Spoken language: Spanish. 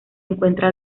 encuentra